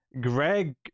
Greg